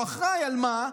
הוא אחראי למה?